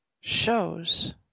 shows